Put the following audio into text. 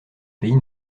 pays